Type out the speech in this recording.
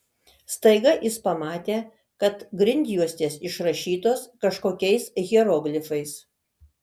staiga jis pamatė kad grindjuostės išrašytos kažkokiais hieroglifais